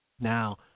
Now